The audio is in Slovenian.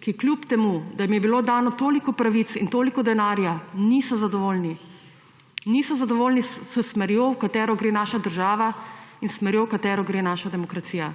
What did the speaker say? ki kljub temu da jim je bilo dano toliko pravic in toliko denarja, niso zadovoljni. Niso zadovoljni s smerjo, v katero gre naša država, in s smerjo, v katero gre naša demokracija.